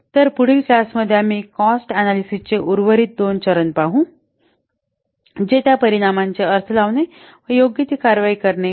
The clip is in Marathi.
तर पुढील क्लास मध्ये आम्ही कॉस्ट अनॅलिसिस चे उर्वरित दोन चरण पाहू जे त्या परिणामांचे अर्थ लावणे व योग्य ती कारवाई करणे होय